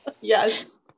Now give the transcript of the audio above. yes